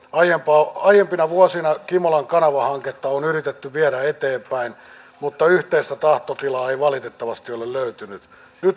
aiempaa aiempina vuosina kimolan kanavahanketta on uskottavuuteenhan puolustusmäärärahoilla voimme tässä talossa vaikuttaa mutta maanpuolustustahto on suomalaisten itsensä asia